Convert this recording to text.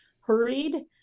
hurried